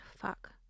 fuck